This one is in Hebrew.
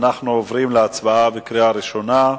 אנחנו עוברים להצבעה בקריאה ראשונה.